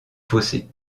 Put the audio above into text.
fossés